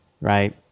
right